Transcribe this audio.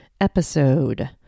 episode